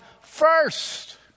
first